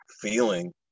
feeling